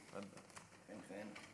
חברי הכנסת, המציאות שבה אנו חיים ואותה אנו